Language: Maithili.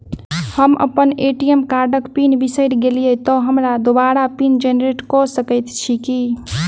हम अप्पन ए.टी.एम कार्डक पिन बिसैर गेलियै तऽ हमरा दोबारा पिन जेनरेट कऽ सकैत छी की?